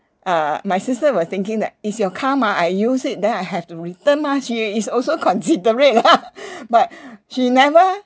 uh my sister was thinking that is your car mah I use it then I have to return mah she's is also considerate lah but she never